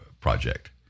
project